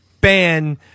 ban